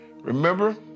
Remember